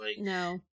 No